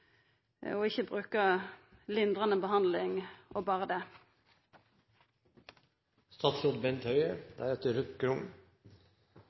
og ikkje bruka «lindrande behandling» og